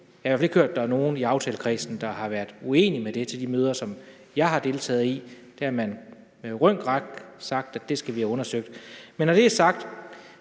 Jeg har i hvert fald ikke hørt, at der er nogen i aftalekredsen, der har været uenige i det på de møder, som jeg har deltaget i. Der har man med rank ryg sagt, at det skal vi have undersøgt. Når det er sagt,